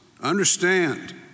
understand